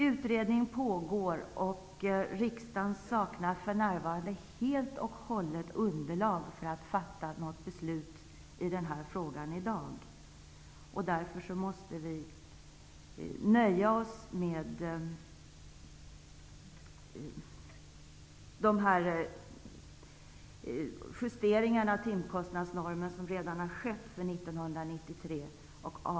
Utredning pågår, och riksdagen saknar helt och hållet underlag för att fatta något beslut i frågan i dag. Därför måste vi i avvaktan på denna fortsatta utredning nöja oss med de justeringar av timkostnadsnormen som redan skett för 1993.